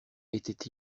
était